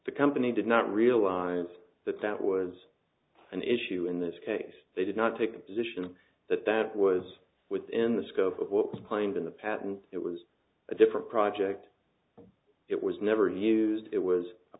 the company did not realize that that was an issue in this case they did not take a position that that was within the scope of what was claimed in the patent it was a different project it was never used it was a